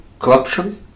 Corruption